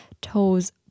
toes